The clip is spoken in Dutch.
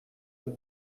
het